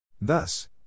Thus